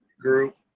group